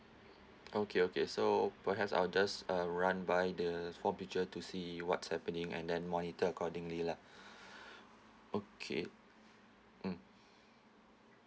okay okay so perhaps I'll just uh run by the form teacher to see what's happening and then monitor accordingly lah okay mm